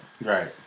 Right